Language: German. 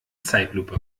zeitlupe